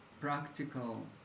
practical